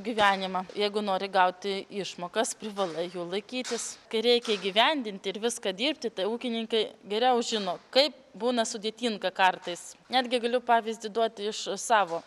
gyvenimą jeigu nori gauti išmokas privalai jų laikytis kai reikia įgyvendinti ir viską dirbti tai ūkininkai geriau žino kaip būna sudėtinga kartais netgi galiu pavyzdį duoti iš savo